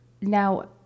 now